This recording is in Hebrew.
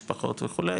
משפחות וכו',